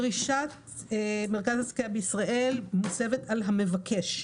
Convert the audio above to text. הדרישה שמרכז עסקיה בישראל מוסבת על המבקש.